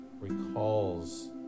recalls